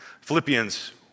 Philippians